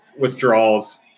withdrawals